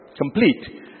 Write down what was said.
complete